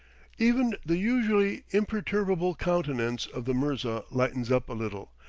even the usually imperturbable countenance of the mirza lightens up a little,